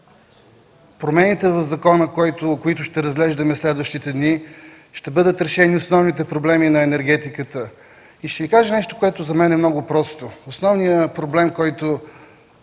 промените в закона, които ще разглеждаме следващите дни, ще бъдат решени основните проблеми на енергетиката. Ще Ви кажа нещо, което за мен е много просто. Основният проблем, който